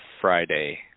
Friday